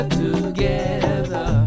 together